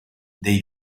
dei